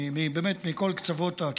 באמת מכל קצוות הבית,